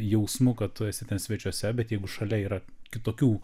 jausmu kad tu esi ten svečiuose bet jeigu šalia yra kitokių